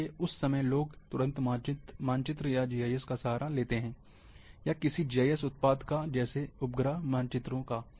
इसलिए उस समय लोग तुरंत मानचित्र या जीआईएस का सहारा लेते हैं या किसी जीआईएस उत्पाद का जैसे उपग्रह चित्रों का